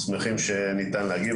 אנחנו שמחים שניתן להגיב,